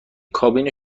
کابین